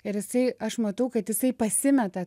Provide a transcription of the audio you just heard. ir jisai aš matau kad jisai pasimeta